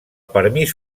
permís